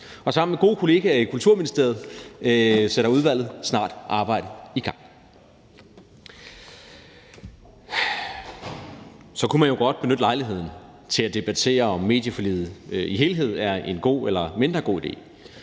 Sammen med gode kollegaer i Kulturministeriet sætter udvalget snart arbejdet i gang. Så kunne man jo godt benytte lejligheden til at debattere, om medieforliget i sin helhed er en god eller en mindre god idé.